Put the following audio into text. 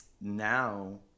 now